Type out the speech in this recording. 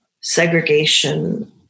segregation